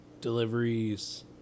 deliveries